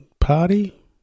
Party